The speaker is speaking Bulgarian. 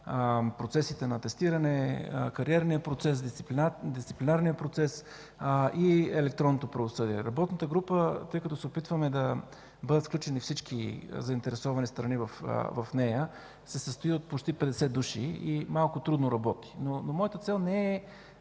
процесите на атестиране, кариерния процес, дисциплинарния процес и електронното правосъдие. Работната група, тъй като се опитваме да бъдат включени всички заинтересовани страни в нея, се състои от почти 50 души и малко трудно работи. Но моята цел не е